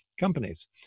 companies